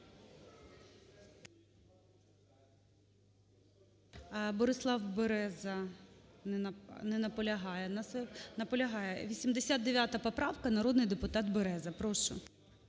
Борислав Береза не наполягає. Наполягає? 89 поправка, народний депутат Береза. Прошу.